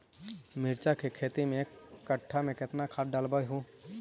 मिरचा के खेती मे एक कटा मे कितना खाद ढालबय हू?